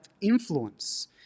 influence